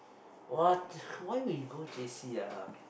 what why we go J_C ah